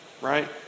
Right